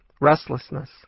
restlessness